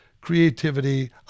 creativity